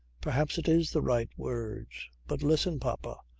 perhaps it is the right word but listen, papa.